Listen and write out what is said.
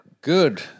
Good